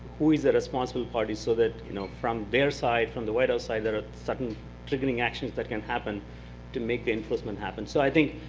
who is the responsible parties so that you know from their side, from the white house side, there are certain triggering actions that can happen to make the enforcement happen. so i think,